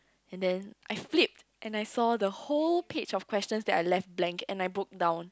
and then I flipped and I saw the whole page of questions that I left blank and I book down